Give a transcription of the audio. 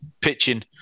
pitching